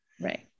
Right